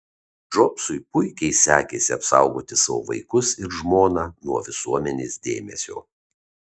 džobsui puikiai sekėsi apsaugoti savo vaikus ir žmoną nuo visuomenės dėmesio